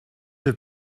have